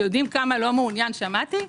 יודעים כמה לא מעוניין שמעתי?